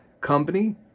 company